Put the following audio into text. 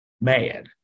mad